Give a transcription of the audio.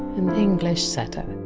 an english setter.